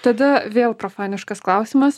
tada vėl profaniškas klausimas